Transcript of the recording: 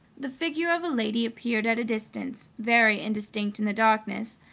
the figure of a lady appeared at a distance, very indistinct in the darkness,